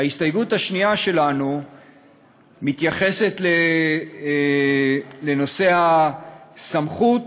ההסתייגות השנייה שלנו מתייחסת לנושא הסמכות